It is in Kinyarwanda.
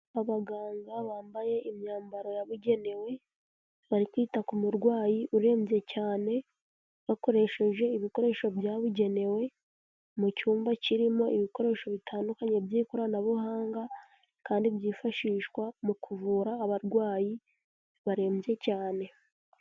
Abaganga bambaye imyambaro yabugenewe, bari kwita ku murwayi urembye cyane bakoresheje ibikoresho byabugenewe, mu cyumba kirimo ibikoresho bitandukanye by'ikoranabuhanga kandi byifashishwa mu kuvura abarwayi barembye cyane.